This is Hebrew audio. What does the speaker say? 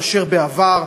מאשר בעבר.